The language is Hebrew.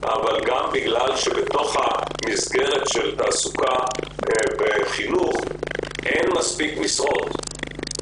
אבל גם בגלל שבתוך המסגרת של תעסוקה בחינוך אין מספיק משרות.